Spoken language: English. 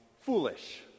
foolish